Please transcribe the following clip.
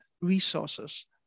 resources